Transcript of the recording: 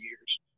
years